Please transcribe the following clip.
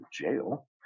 jail